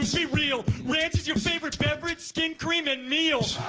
be real ranch is your favorite beverage, skin cream and meal